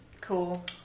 Cool